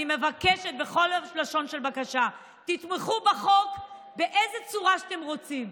אני מבקשת בכל לשון של בקשה: תתמכו בחוק באיזו צורה שאתם רוצים,